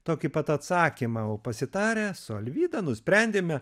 tokį pat atsakymą o pasitarę su alvyda nusprendėme